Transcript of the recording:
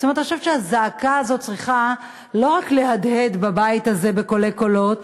אני חושבת שהזעקה הזאת צריכה לא רק להדהד בבית הזה בקולי קולות,